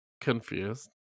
confused